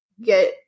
get